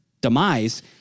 demise